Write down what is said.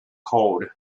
cold